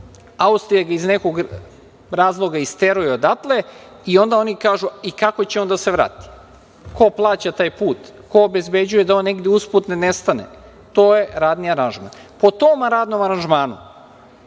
Austrija ga iz nekog razloga isteruje odatle i onda oni kažu kako će on da se vrati? Ko plaća taj put, ko obezbeđuje da on negde usput ne nestane. To je radni aranžman. Po tom radnom aranžmanu,